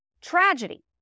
Tragedy